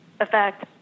effect